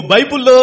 Bible